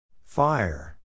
Fire